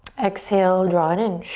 exhale, draw it in.